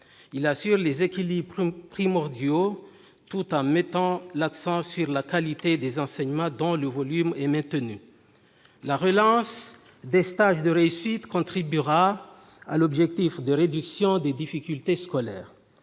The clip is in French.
Il assure les équilibres primordiaux, tout en mettant l'accent sur la qualité des enseignements, dont le volume est maintenu. La relance des stages de réussite contribuera à l'objectif de réduction des difficultés scolaires.